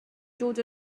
dod